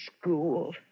school